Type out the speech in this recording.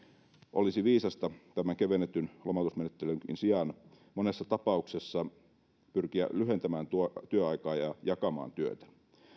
olisi viisasta tämän kevennetyn lomautusmenettelynkin sijaan monessa tapauksessa pyrkiä lyhentämään työaikaa ja jakamaan työtä